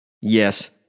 Yes